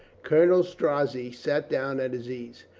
colonel strozzi sat down at his ease.